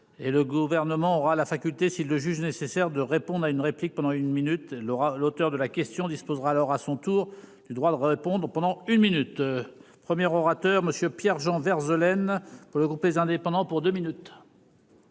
le gouvernement aura la faculté s'il le juge nécessaire de répondre à une réplique pendant une minute l'oral. L'auteur de la question disposera alors à son tour du droit de répondre aux pendant une minute. Premier orateur, monsieur Pierre Jean Vergnes, Eulen pour le groupe les indépendants pour 2 minutes.